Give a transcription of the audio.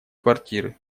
квартиры